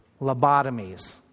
Lobotomies